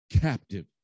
captive